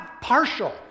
partial